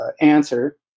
answer